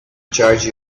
charge